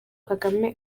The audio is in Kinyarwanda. kagame